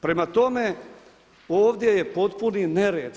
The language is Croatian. Prema tome, ovdje je potpuni nered.